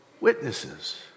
witnesses